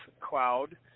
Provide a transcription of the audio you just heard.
cloud